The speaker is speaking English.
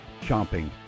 chomping